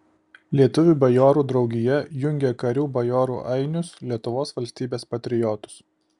lietuvių bajorų draugija jungia karių bajorų ainius lietuvos valstybės patriotus